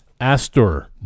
Astor